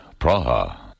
Praha